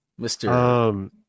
Mr